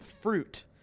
fruit